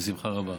בשמחה רבה.